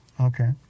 Okay